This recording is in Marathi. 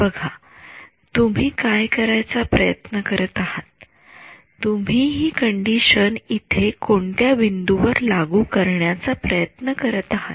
बघा तुम्ही काय करायचा प्रयत्न करत आहात तुम्ही हि कंडिशन इथे कोणत्या बिंदू वर लागू करण्याचा प्रयत्न करत आहात